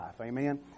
Amen